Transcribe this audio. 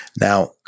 Now